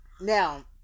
now